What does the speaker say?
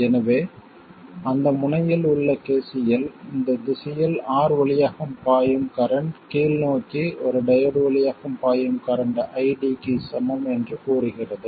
எனவே அந்த முனையில் உள்ள KCL இந்த திசையில் R வழியாக பாயும் கரண்ட் கீழ்நோக்கி ஒரு டையோடு வழியாக பாயும் கரண்ட் ID க்கு சமம் என்று கூறுகிறது